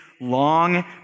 long